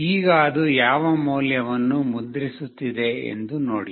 ಈಗ ಅದು ಯಾವ ಮೌಲ್ಯವನ್ನು ಮುದ್ರಿಸುತ್ತಿದೆ ಎಂದು ನೋಡಿ